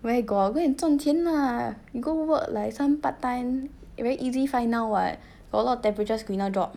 where got go and 赚钱 lah you go work like some part time very easy find now [what] a lot of temperature screener job